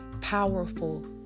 powerful